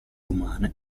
umane